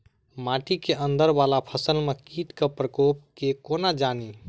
माटि केँ अंदर वला फसल मे कीट केँ प्रकोप केँ कोना जानि?